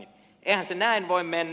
eihän se näin voi mennä